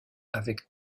avec